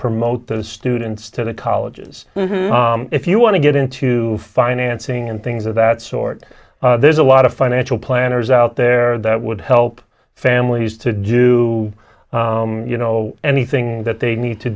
promote the students to the colleges if you want to get into financing and things of that sort there's a lot of financial planners out there that would help families to do you know anything that they need to